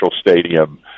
stadium